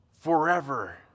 forever